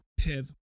PIV